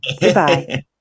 Goodbye